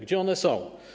Gdzie one są?